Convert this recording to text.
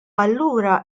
allura